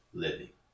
living